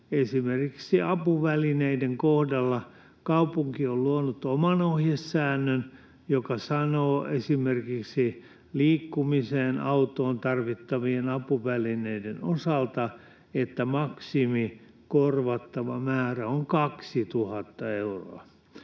Esimerkiksi apuvälineiden kohdalla kaupunki on luonut oman ohjesäännön, joka sanoo, että esimerkiksi liikkumisen, auton ja tarvittavien apuvälineiden osalta korvattava maksimimäärä on 2 000 euroa.